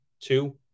two